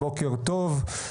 בוקר טוב.